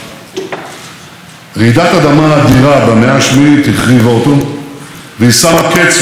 ושמה קץ ליישוב היהודי הפורח בחבל ארץ זה.